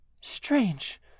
Strange